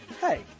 Hey